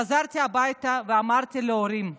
חזרתי הביתה ואמרתי להורים שלי: